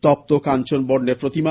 তপ্ত কাঞ্চন বর্ণের প্রতিমা